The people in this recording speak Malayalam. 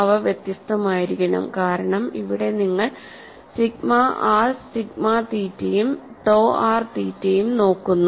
അവ വ്യത്യസ്തമായിരിക്കണം കാരണം ഇവിടെ നിങ്ങൾ സിഗ്മ ആർ സിഗ്മ തീറ്റയും ടോ r ആർ തീറ്റയും നോക്കുന്നു